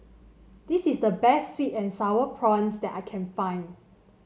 this is the best sweet and sour prawns that I can find